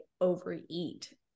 overeat